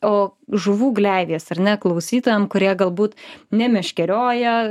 o žuvų gleivės ar ne klausytojam kurie galbūt nemeškerioja